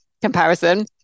comparison